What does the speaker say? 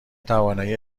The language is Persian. توانایی